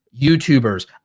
youtubers